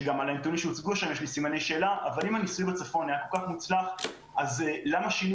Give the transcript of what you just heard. כאשר גם על הנתונים שהוצגו שם יש לי סימני שאלה למה שינו